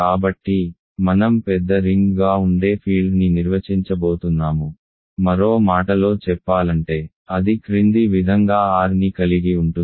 కాబట్టి మనం పెద్ద రింగ్గా ఉండే ఫీల్డ్ని నిర్వచించబోతున్నాము మరో మాటలో చెప్పాలంటే అది క్రింది విధంగా R ని కలిగి ఉంటుంది